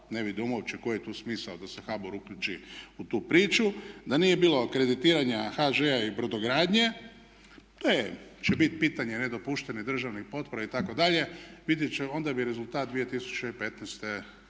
ne vidim uopće koji je tu smisao da se HBOR uključi u tu priču, da nije bilo kreditiranja HŽ-a i brodogradnje, te će bit pitanje nedopuštenih državni potpora itd. onda bi rezultat 2015.